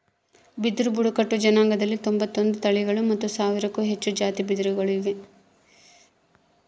ಬಿದಿರು ಬುಡಕಟ್ಟು ಜನಾಂಗದಲ್ಲಿ ತೊಂಬತ್ತೊಂದು ತಳಿಗಳು ಮತ್ತು ಸಾವಿರಕ್ಕೂ ಹೆಚ್ಚು ಜಾತಿ ಬಿದಿರುಗಳು ಇವೆ